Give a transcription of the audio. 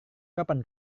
kapan